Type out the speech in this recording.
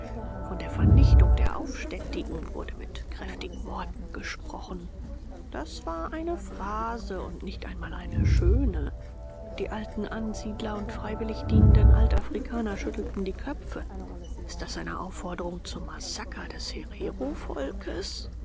von der vernichtung der aufständischen wurde mit kräftigen worten gesprochen das war eine phrase und nicht einmal eine schöne die alten ansiedler und freiwillig dienenden altafrikaner schüttelten die köpfe ist das eine aufforderung zum massaker des